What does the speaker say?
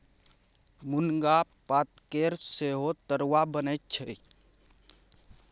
मुनगा पातकेर सेहो तरुआ बनैत छै